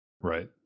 Right